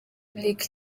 lick